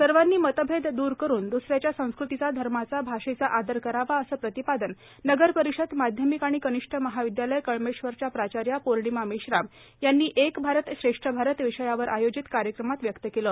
सर्वांनी मतभेद दूर करून द्सऱ्याच्या संस्कृतीचा धर्माचा भाषेचा आदर करावा असे प्रतिपादन नगरपरिषद माध्यमिक आणि कनिष्ठ महाविद्यालय कळमेश्वरच्या प्राचार्या पोर्णिमा मेश्राम यांनी एक भारत श्रेष्ठ भारत विषयावर आयोजित कार्यक्रमात व्यक्त केले